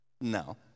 No